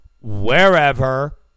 wherever